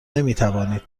نمیتوانید